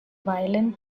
violin